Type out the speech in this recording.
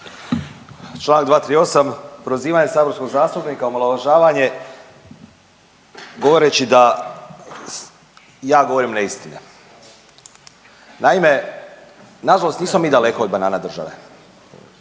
Članak 238. Prozivanje saborskog zastupnika, omalovažavanje govoreći da ja govorim neistine. Naime, na žalost nismo mi daleko od banana države.